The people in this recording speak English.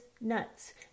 nuts